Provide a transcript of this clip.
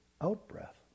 out-breath